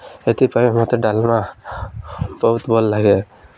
ଏଥିପାଇଁ ମୋତେ ଡାଲମା ବହୁତ ଭଲ ଲାଗେ